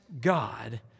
God